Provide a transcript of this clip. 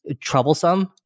troublesome